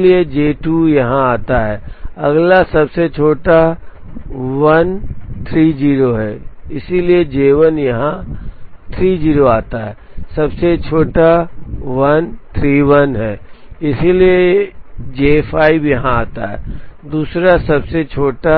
इसलिए जे 2 यहाँ जाता है अगला सबसे छोटा 1 30 है इसलिए J1 यहां 30 आता है सबसे छोटा 1 31 है इसलिए J5 यहां आता है दूसरा सबसे छोटा